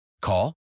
Call